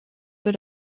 für